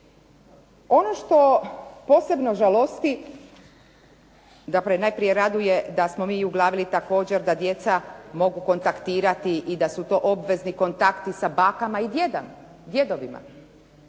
Ono što posebno žalosti, da najprije … /Govornik se ne razumije./ … također djeca mogu kontaktirati i da su to obvezni kontakti sa bakama i djedovima.